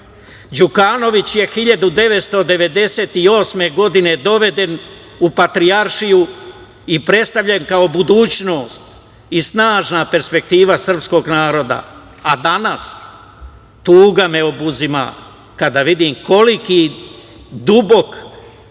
„Đukanović je 1998. godine doveden u Patrijaršiju i predstavljen kao budućnost i snažna perspektiva srpskog naroda, a danas, tuga me obuzima kada vidim koliki dubok